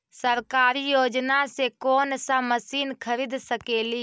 सरकारी योजना से कोन सा मशीन खरीद सकेली?